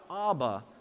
Abba